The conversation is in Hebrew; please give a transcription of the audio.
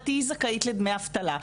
את תהיי זכאית לדמי אבטלה,